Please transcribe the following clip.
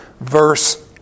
verse